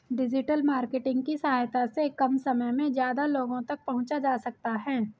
digital marketing की सहायता से कम समय में ज्यादा लोगो तक पंहुचा जा सकता है